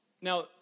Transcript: Now